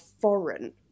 foreign